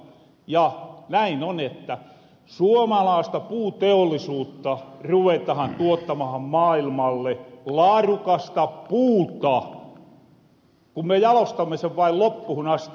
ja näin on että suomalaasta puuteollisuutta ruvetahan tuottamahan maailmalle laarukasta puuta kun me jalostamme sen vain loppuhun asti